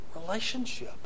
relationship